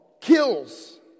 kills